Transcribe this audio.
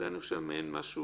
אני חושב שזה מעין פשרה.